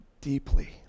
deeply